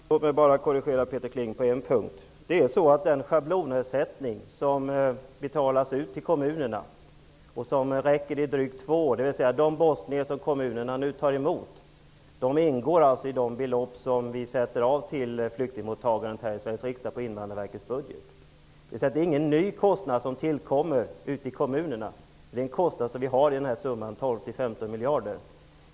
Herr talman! Låt mig bara korrigera Peter Kling på en punkt. Den schablonersättning som betalas ut till kommunerna räcker i drygt två år. Kostnaden för de bosnier som kommunerna nu tar emot ingår alltså i det belopp som vi i Sveriges riksdag avsätter för flyktingmottagandet i Invandrarverkets budget. Det är alltså inte en ny kostnad som tillkommer ute i kommunerna, utan det är en kostnad som ingår i summan 12--15 miljarder.